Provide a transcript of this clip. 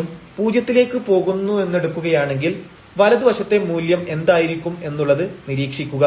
ഉം പൂജ്യത്തിലേക്ക് പോകുന്നുവെന്നെടുക്കുകയാണെങ്കിൽ വലതുവശത്തെ മൂല്യം എന്തായിരിക്കും എന്നുള്ളത് നിരീക്ഷിക്കുക